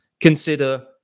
consider